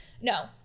No